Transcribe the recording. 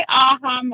aha